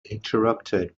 interrupted